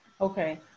okay